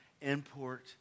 import